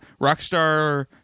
Rockstar